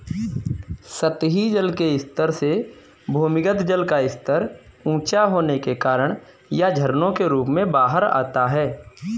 सतही जल के स्तर से भूमिगत जल का स्तर ऊँचा होने के कारण यह झरनों के रूप में बाहर आता है